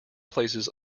places